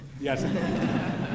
Yes